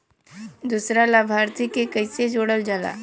दूसरा लाभार्थी के कैसे जोड़ल जाला?